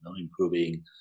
improving